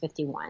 51